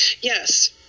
Yes